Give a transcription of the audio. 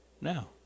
now